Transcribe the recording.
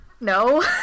no